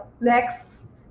next